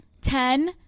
ten